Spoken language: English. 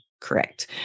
correct